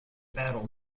battle